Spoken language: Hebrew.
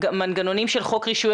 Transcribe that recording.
את התובנות שלך.